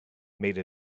made